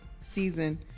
season